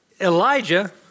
Elijah